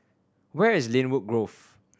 where is Lynwood Grove